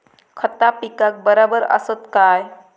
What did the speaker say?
खता पिकाक बराबर आसत काय?